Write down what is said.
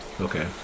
okay